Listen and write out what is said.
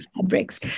Fabrics